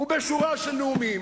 ובשורה של נאומים,